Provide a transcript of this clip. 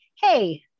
Hey